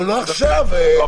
עכשיו.